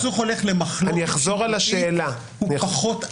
כשהסכסוך הולך למחלוקת שיפוטית, הוא פחות אלים.